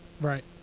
Right